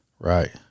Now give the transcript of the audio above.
Right